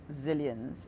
Zillions